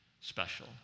special